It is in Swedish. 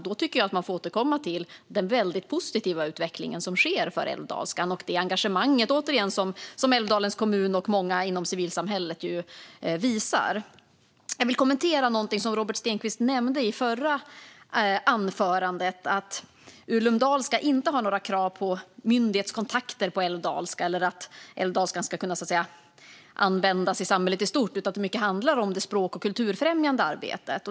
Då tycker jag att man får återkomma till den väldigt positiva utveckling som sker för älvdalska och det engagemang som Älvdalens kommun och många inom civilsamhället visar. Jag vill kommentera något som Robert Stenkvist nämnde i sitt förra inlägg - att Ulum Dalska inte har några krav på myndighetskontakter på älvdalska eller att älvdalska ska kunna användas i samhället i stort utan att det mycket handlar om det språk och kulturfrämjande arbetet.